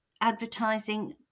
advertising